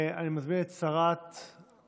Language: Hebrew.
אני מזמין את שרת המדע,